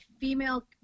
female